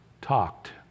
talked